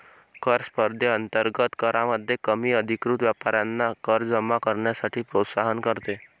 कर स्पर्धेअंतर्गत करामध्ये कमी अधिकृत व्यापाऱ्यांना कर जमा करण्यासाठी प्रोत्साहित करते